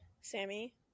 Sammy